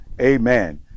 amen